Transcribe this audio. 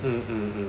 um